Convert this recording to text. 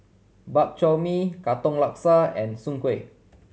Bak Chor Mee Katong Laksa and Soon Kueh